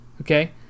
okay